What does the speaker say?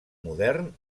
modern